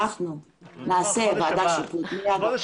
אנחנו נעשה ועדת שיפוט מיד אחרי החגים.